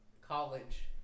college